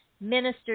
Minister